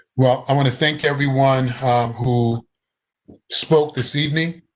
well, i want to thank everyone who spoke this evening.